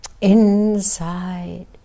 inside